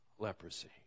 Leprosy